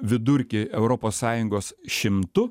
vidurkį europos sąjungos šimtu